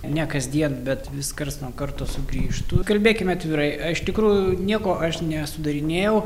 ne kasdien bet vis karts nuo karto sugrįžtų kalbėkime atvirai iš tikrųjų nieko aš nesudarinėjau